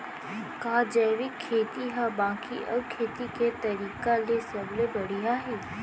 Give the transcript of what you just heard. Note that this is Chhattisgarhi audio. का जैविक खेती हा बाकी अऊ खेती के तरीका ले सबले बढ़िया हे?